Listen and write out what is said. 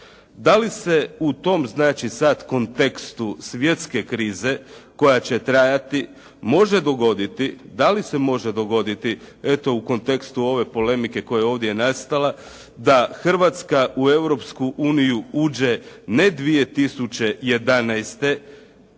Da li se u tom znači sad kontekstu svjetske krize koja će trajati može dogoditi, da li se može dogoditi eto u kontekstu ove polemike koja je ovdje nastala, da Hrvatska u Europsku